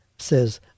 says